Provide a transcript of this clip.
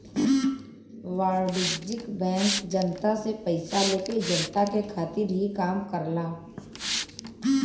वाणिज्यिक बैंक जनता से पइसा लेके जनता के खातिर ही काम करला